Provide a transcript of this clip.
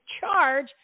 charge